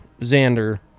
Xander